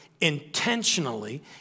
intentionally